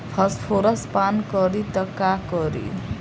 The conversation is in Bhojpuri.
फॉस्फोरस पान करी त का करी?